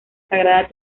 sagrada